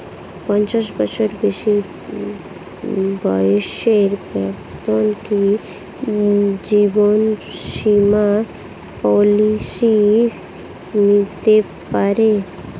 পঞ্চাশ বছরের বেশি বয়সের ব্যক্তি কি জীবন বীমা পলিসি নিতে পারে?